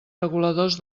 reguladors